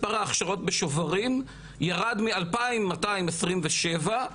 מספר ההכשרות בשוברים ירד מאלפים מאתיים עשרים ושבע,